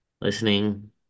listening